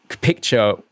picture